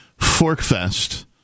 Forkfest